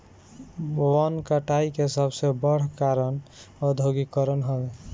वन कटाई के सबसे बड़ कारण औद्योगीकरण हवे